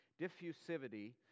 diffusivity